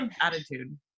attitude